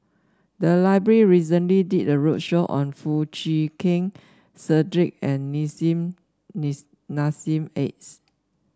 the library recently did a roadshow on Foo Chee Keng Cedric and Nissim Nis Nassim Adis